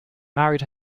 married